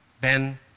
Ben